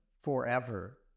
forever